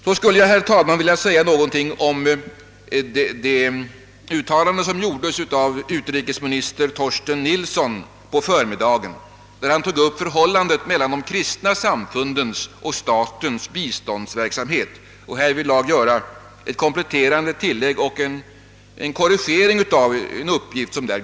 Så skulle jag, herr talman, vilja säga några ord i anledning av utrikesminister Torsten Nilssons uttalande på förmiddagen om förhållandet mellan de kristna samfundens och statens bistånds verksamhet och därvid både göra ett kompletterande tillägg och en korrigering av en uppgift som lämnades.